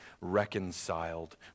reconciled